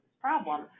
problem